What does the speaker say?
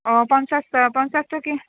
অঁ পঞ্চাছ পঞ্চাছ টকীয়া